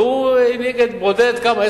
והוא הנהיג את ברודט, כמה?